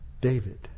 David